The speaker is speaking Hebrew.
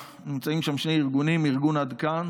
נמצאים שם שני ארגונים: ארגון עד כאן